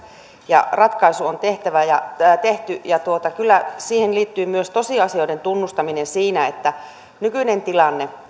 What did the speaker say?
ja ratkaisu on tehty kyllä siihen liittyy myös tosiasioiden tunnustaminen siinä että nykyinen tilanne